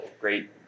great